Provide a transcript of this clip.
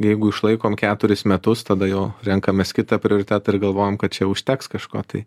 jeigu išlaikom keturis metus tada jau renkamės kitą prioritetą ir galvojam kad čia užteks kažko tai